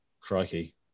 crikey